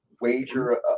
wager